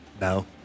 No